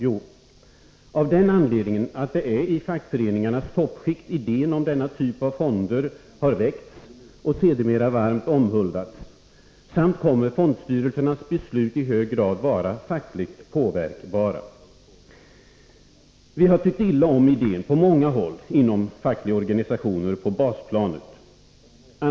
Jo, därför att det är i fackföreningarnas toppskikt idén om denna typ av fonder har väckts och sedermera varmt omhuldats. Dessutom kommer fondstyrelsernas beslut att i hög grad vara fackligt påverkbara. På många håll inom fackliga organisationer på basplanet har vi tyckt illa om idén.